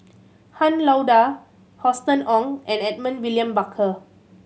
Han Lao Da Austen Ong and Edmund William Barker